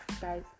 guys